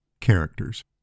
Characters